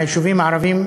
מהיישובים הערביים,